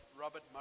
Robert